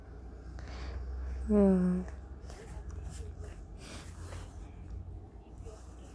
ya